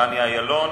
דני אילון.